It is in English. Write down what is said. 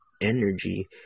energy